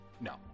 No